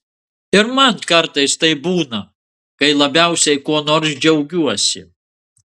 ir man kartais taip būna kai labiausiai kuo nors džiaugiuosi